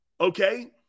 Okay